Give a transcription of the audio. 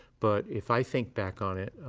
but if i think back on it,